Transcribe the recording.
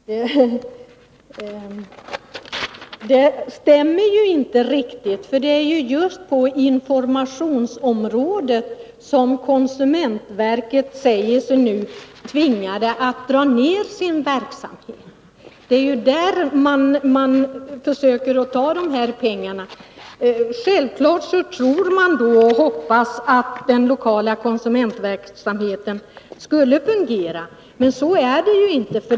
Herr talman! Det stämmer inte riktigt — det är just på informationsområdet som konsumentverket nu säger sig vara tvingat att dra ner sin verksamhet, det är där man försöker ta pengarna. Självfallet hoppas konsumentverket att den lokala konsumentverksamheten fungerar, men så är det ju inte.